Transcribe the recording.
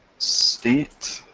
state,